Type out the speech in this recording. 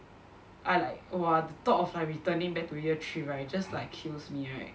I like !wah! the thought of like returning back to year three right just like kills me right